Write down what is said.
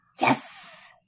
Yes